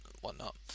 whatnot